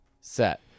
set